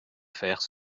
faire